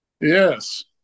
Yes